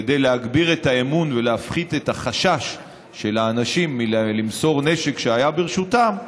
כדי להגביר את האמון ולהפחית את החשש של האנשים מלמסור נשק שהיה ברשותם,